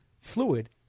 fluid